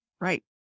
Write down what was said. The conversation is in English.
right